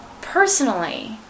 Personally